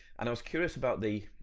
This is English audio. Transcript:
and i was curious about the,